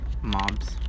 mobs